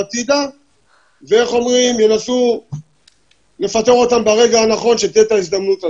הצידה וינסו לפטר אותם ברגע הנכון שתהיה את ההזדמנות הזו.